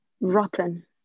rotten